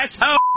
asshole